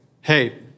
hey